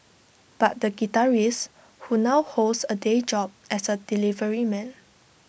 but the guitarist who now holds A day job as A delivery man